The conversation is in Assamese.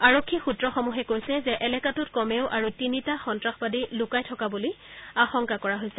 আৰক্ষী সূত্ৰসমূহে কৈছে যে এলেকাটোত কমেও আৰু তিনিটা সন্নাসবাদী লুকাই থকা বুলি আশংকা কৰা হৈছে